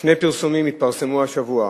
שני פרסומים התפרסמו השבוע: